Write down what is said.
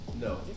No